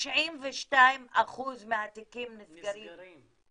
92% מהתיקים נסגרים.